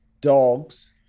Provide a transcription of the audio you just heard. dogs